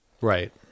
right